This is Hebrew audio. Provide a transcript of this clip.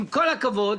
עם כל הכבוד,